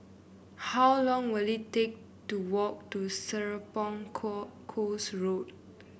how long will it take to walk to Serapong Co Course Road